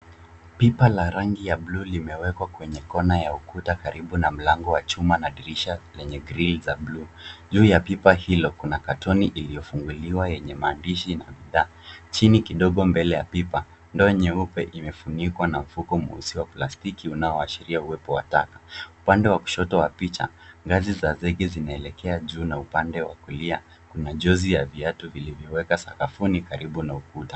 Pipa la rangi ya buluu limewekwa kwenye kona ya ukuta karibu na mlango wa chuma na dirisha lenye grili za buluu. Juu ya pipa hilo kuna katoni iliyofunguliwa yenye maandishi na bidhaa . Chini kidogo mbele ya pipa, ndoo nyeupe imefunikwa na mfuko mweusi wa plastiki unaoashiria uwepo wa taka. Upande wa kushoto wa picha, ngazi za zege zinaelekea juu na upande wa kulia, kuna jozi ya viatu vilivyowekwa sakafuni karibu na ukuta.